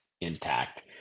intact